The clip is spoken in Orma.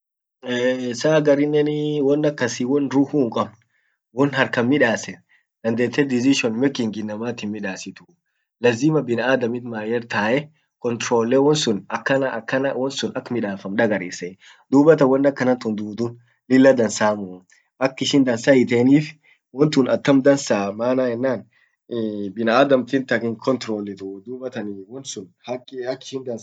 saaa agari innen won akasi won ruhhu hin kabn, won harkan midassen dandete decision making inamat himmidassitu lazima binaadamit mayyerr tae controlle wonsun akanna akanna wonsun ak midafam dagariseeni dubata